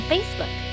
Facebook